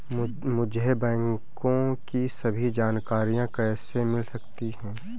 मुझे बैंकों की सभी जानकारियाँ कैसे मिल सकती हैं?